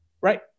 right